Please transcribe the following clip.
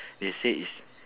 they say is